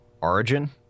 Origin